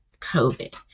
COVID